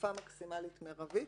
בתקופה מקסימלית מרבית.